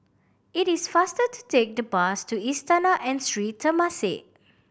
it is faster to take the bus to Istana and Sri Temasek